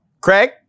Craig